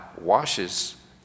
washes